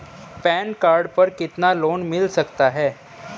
Pan card पर कितना loan मिल सकता है?